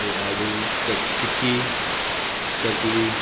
लाडू चक चिकी चकली